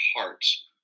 hearts